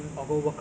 mm